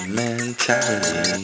mentality